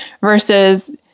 versus